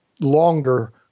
longer